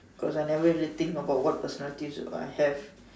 cause I never really think about what personalities I have